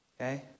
okay